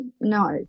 No